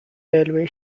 railway